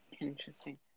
Interesting